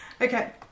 Okay